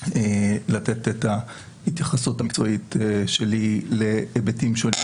לתת את ההתייחסות המקצועית שלי להיבטים שונים,